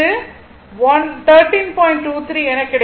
23 என கிடைக்கும்